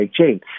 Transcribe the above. chain